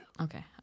Okay